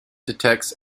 detects